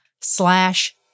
slash